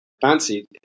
fancy